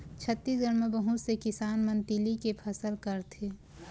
छत्तीसगढ़ म बहुत से किसान मन तिली के फसल करथे